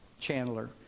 Chandler